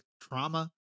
trauma